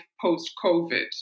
post-COVID